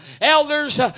elders